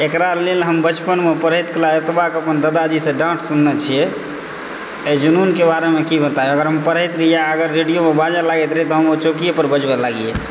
एकरा लेल हम बचपनमे पढ़ैत कला एतबाक हम अपना दादाजीसँ डाँट सुनने छियै एहि जूनूनके बारेमे की बताएब अगर हम पढ़ैत रहियै आ अगर रेडियोमे बाजऽ लागैत रहै तऽ हम ओ चौकिये पर बजबै लागियै